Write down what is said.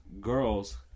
girls